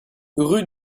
rue